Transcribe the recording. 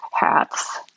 hats